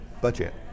budget